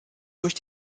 durch